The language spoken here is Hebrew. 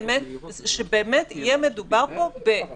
אנחנו יודעים שבאילת יש גם את חדר האוכל